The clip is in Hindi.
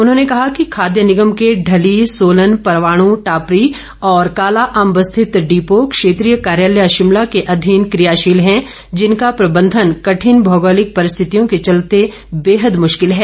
उन्होंने कहा कि खाद्य निगम के ढली सोलन परवाणू टापरी और कालाअंब स्थित डिपो क्षेत्रीय कार्यालय शिमला के अधीन कियाशील हैं जिनका प्रबंधन कठिन भौगोलिक परिश्थितियों के चलते बेहद मुश्किल है